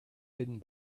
hidden